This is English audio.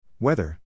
Weather